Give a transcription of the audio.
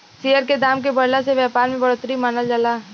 share के दाम के बढ़ला से व्यापार में बढ़ोतरी मानल जाला